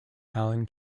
allen